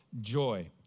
joy